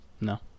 No